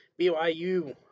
BYU